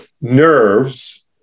nerves